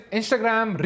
Instagram